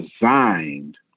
designed